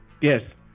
Yes